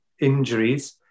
injuries